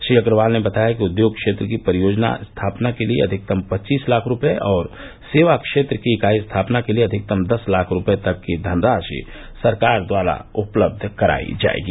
श्री अग्रवाल ने बताया कि उद्योग क्षेत्र की परियोजना स्थापना के लिये अधिकतम पच्चीस लाख रूपये और सेवा क्षेत्र की इकाई स्थापना के लिये अधिकतम दस लाख रूपये तक की धनराशि सरकार द्वारा उपलब्ध कराई जायेगी